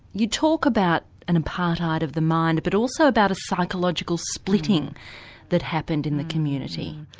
you talk about an apartheid of the mind but also about a psychological splitting that happened in the community.